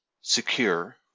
secure